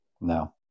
No